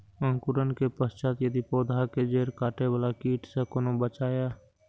अंकुरण के पश्चात यदि पोधा के जैड़ काटे बाला कीट से कोना बचाया?